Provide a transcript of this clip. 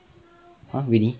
!huh! really